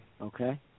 Okay